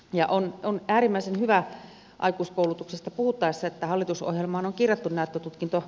ja on äärimmäisen hyvä aikuiskoulutuksesta puhuttaessa että hallitusohjelmaan on kirjattu määttä tutkinto